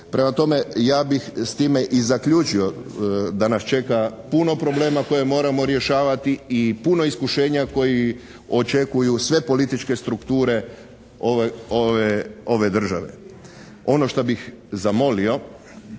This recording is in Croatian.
Prema tome, ja bih s time i zaključio, da nas čeka puno problema koje moramo rješavati i puno iskušenja koji očekuju sve političke strukture ove države. Ono šta bih zamolio,